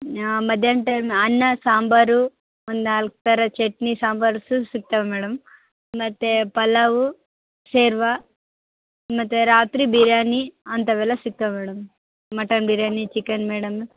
ಹಾಂ ಮಧ್ಯಾಹ್ನ ಟೈಮ್ ಅನ್ನ ಸಾಂಬಾರು ಒಂದು ನಾಲ್ಕು ಥರ ಚಟ್ನಿ ಸಾಂಬಾರ್ ಸಿಗ್ತವೆ ಮೇಡಮ್ ಮತ್ತೆ ಪಲಾವು ಶೇರ್ವ ಮತ್ತೆ ರಾತ್ರಿ ಬಿರ್ಯಾನಿ ಅಂಥವೆಲ್ಲ ಸಿಗ್ತವೆ madam mutton biryani chicken madam